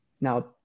Now